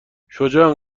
شجاع